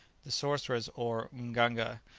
the sorcerers, or mganga,